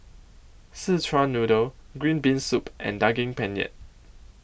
Szechuan Noodle Green Bean Soup and Daging Penyet